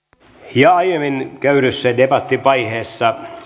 ja aiemmin käydyssä debattivaiheessa